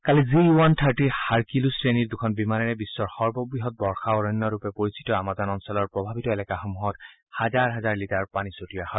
কালি C one thirty Hercules শ্ৰেণীৰ দুখন বিমানেৰে বিশ্বৰ সৰ্ববৃহৎ বৰ্ষাৰণ্য ৰূপে পৰিচিত আমাজন অঞ্চলৰ প্ৰভাৱিত এলেকাসমূহত হাজাৰ হাজাৰ লিটাৰ পানী ছটিওৱা হয়